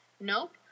Nope